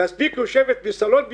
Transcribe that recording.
מספיק לשבת בסלון ביתה,